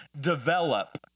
develop